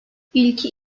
i̇lki